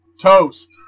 toast